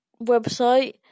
website